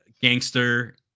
gangster